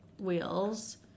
wheels